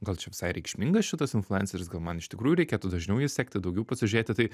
gal čia visai reikšmingas šitas influenceris gal man iš tikrųjų reikėtų dažniau jį sekti daugiau pasižiūrėti tai